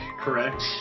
correct